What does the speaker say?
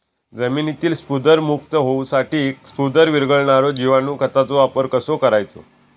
जमिनीतील स्फुदरमुक्त होऊसाठीक स्फुदर वीरघळनारो जिवाणू खताचो वापर कसो करायचो?